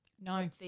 No